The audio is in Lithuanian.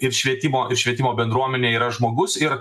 ir švietimo ir švietimo bendruomenėje yra žmogus ir